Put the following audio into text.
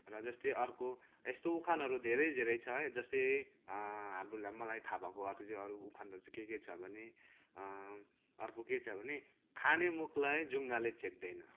र जस्तै अर्को यस्तो उखानहरू धेरै धेरै छ जस्तै हाम्रो मलाई थाहा भएको अरू उखानहरू चाहिँ के के छ भने अर्को के छ भने खाने मुखलाई जुँगाले छेक्दैन